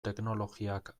teknologiak